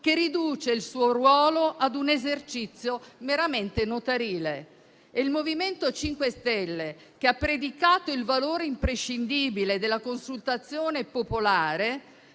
che riduce il suo ruolo ad un esercizio meramente notarile. Il MoVimento 5 Stelle, che ha predicato il valore imprescindibile della consultazione popolare